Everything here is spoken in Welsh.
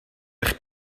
eich